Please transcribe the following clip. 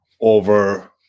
over